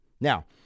Now